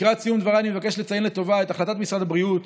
לקראת סיום דבריי אני מבקש לציין לטובה את החלטת משרד הבריאות